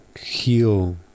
heal